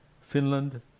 Finland